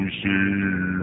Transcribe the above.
see